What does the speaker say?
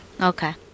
okay